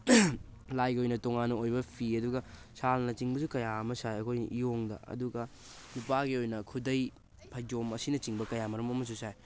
ꯂꯥꯏꯒꯤ ꯑꯣꯏꯅ ꯇꯣꯉꯥꯟꯅ ꯑꯣꯏꯕ ꯐꯤ ꯑꯗꯨꯒ ꯁꯥꯡꯅ ꯆꯤꯡꯕꯁꯨ ꯀꯌꯥ ꯑꯃ ꯁꯥꯏ ꯑꯩꯈꯣꯏꯅ ꯏꯌꯣꯡꯗ ꯑꯗꯨꯒ ꯅꯨꯄꯥꯒꯤ ꯑꯣꯏꯅ ꯈꯨꯗꯩ ꯐꯩꯖꯣꯝ ꯑꯁꯤꯅ ꯆꯤꯡꯕ ꯀꯌꯥ ꯃꯔꯨꯝ ꯑꯃꯁꯨ ꯁꯥꯏ